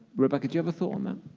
rebecca, do you have a thought on that?